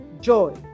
joy